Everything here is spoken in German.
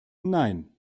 nein